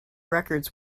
records